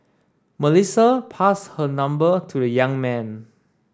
Melissa passed her number to the young man